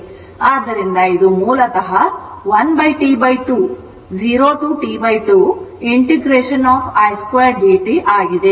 ಆದ್ದರಿಂದ ಇದು ಮೂಲತಃ 1T2 0 to T2 i 2 d t ಆಗಿದೆ